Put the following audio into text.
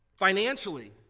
Financially